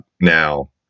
Now